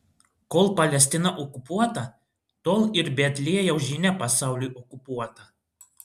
kol palestina okupuota tol ir betliejaus žinia pasauliui okupuota